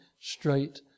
straight